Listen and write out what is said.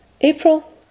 April